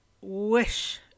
wish